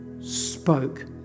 spoke